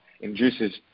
induces